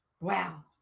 wow